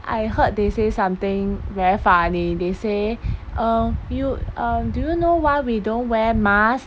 I heard they say something very funny they say uh you um do you know why we don't wear mask